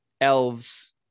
elves